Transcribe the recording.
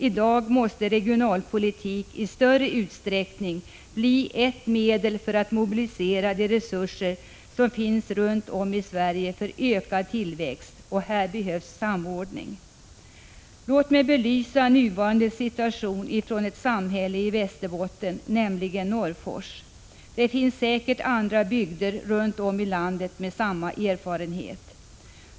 I dag måste regionalpolitik i större utsträckning bli ett medel för att mobilisera de resurser som finns runt om i Sverige för ökad tillväxt. Och här behövs samordning. Låt mig belysa nuvarande situation från ett samhälle i Västerbotten, nämligen Norrfors. Det finns säkert andra bygder runt om i landet med samma erfarenhet.